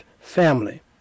family